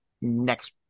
next